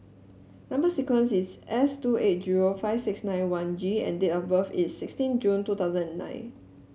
number sequence is S two eight zero five six nine one G and date of birth is sixteen June two thousand and nine